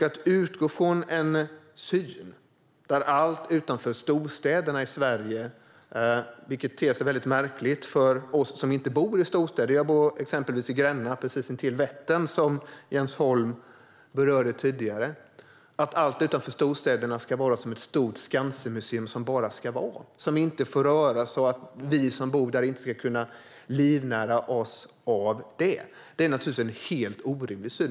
Att utgå från en syn där allt utanför storstäderna ska vara som ett stort Skansenmuseum som bara ska vara, som inte får röras och som vi som bor där inte ska kunna livnära oss av är naturligtvis helt orimligt och ter sig väldigt märkligt för oss som inte bor i storstäder. Jag bor exempelvis i Gränna, precis intill Vättern, som Jens Holm berörde tidigare.